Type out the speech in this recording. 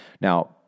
Now